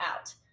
out